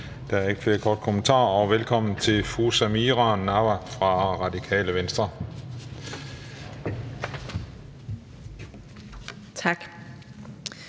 Der er ikke flere korte bemærkninger. Velkommen til fru Samira Nawa fra Radikale Venstre. Kl.